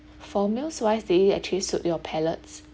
for meals wise did it actually suit your palates